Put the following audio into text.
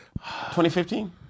2015